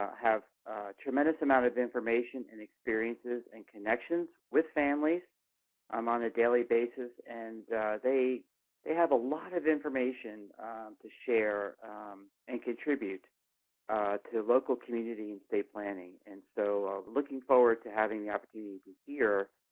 have tremendous amount of information and experiences and connections with families um on a daily basis. and they they have a lot of information to share and contribute to local communities and state planning. and so i'm looking forward to having the opportunity to hear